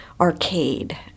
arcade